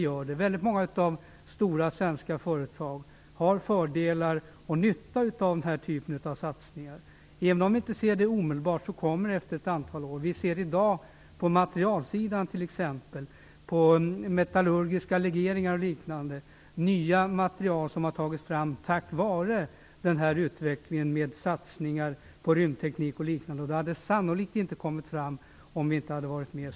För väldigt många av de stora svenska företagen innebär den här typen av satsningar fördelar, och den är till nytta för företagen. Även om vi inte ser det omedelbart kommer det efter ett antal år. På materialsidan t.ex. ser vi det. Det gäller metallurgiska legeringar o.d. Nya material har tagits fram tack vare utvecklingen med satsningar på rymdteknik och liknande. Det hade sannolikt inte kommit fram om vi inte hade varit med.